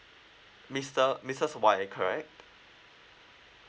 mister missus wai correct